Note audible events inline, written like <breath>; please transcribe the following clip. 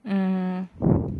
mm <breath>